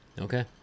Okay